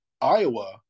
Iowa